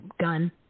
gun